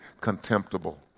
contemptible